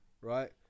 right